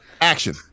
action